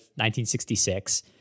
1966